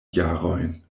jarojn